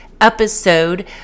episode